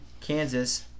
Kansas